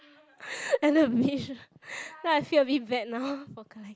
then I feel a bit bad now for collect~